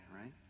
right